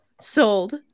Sold